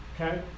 Okay